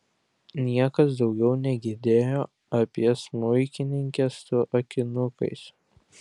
niekas daugiau negirdėjo apie smuikininkę su akinukais